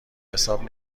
حساب